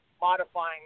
modifying